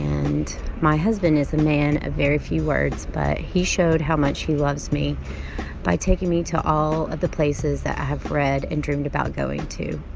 and my husband is a man of very few words, but he showed how much he loves me by taking me to all of the places that i have read and dreamed about going to.